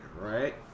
right